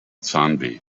zahnweh